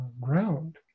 ground